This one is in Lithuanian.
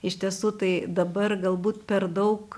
iš tiesų tai dabar galbūt per daug